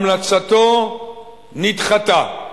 המלצתו נדחתה.